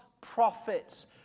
prophets